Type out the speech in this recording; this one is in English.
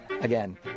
Again